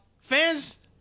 fans